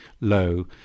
low